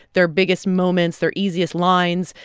their biggest moments, their easiest lines.